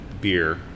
beer